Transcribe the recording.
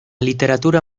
literatura